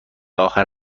آخر